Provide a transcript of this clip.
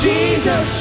Jesus